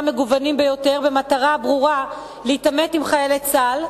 מגוונים ביותר במטרה ברורה להתעמת עם חיילי צה"ל,